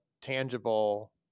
tangible